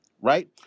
right